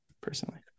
personally